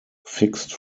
fixed